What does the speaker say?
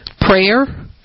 prayer